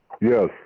Yes